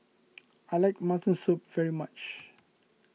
I like Mutton Soup very much